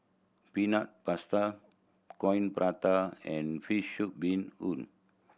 Peanut Paste Coin Prata and fish soup bee hoon